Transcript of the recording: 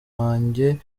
wanjye